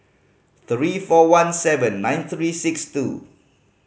three four one seven nine three six two